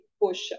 push